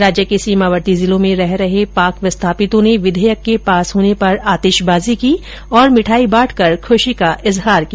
राज्य के सीमावर्ती जिलों में रह रहे पाक विस्थापितों ने विधेयक के पास होने पर आतिशबाजी की और मिठाई बांटकर खुशी का इजहार किया